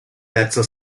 terza